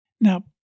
Now